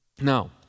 Now